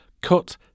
Cut